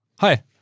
Hi